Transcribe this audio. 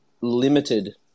limited